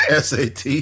SAT